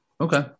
Okay